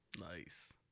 Nice